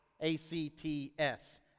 A-C-T-S